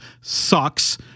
sucks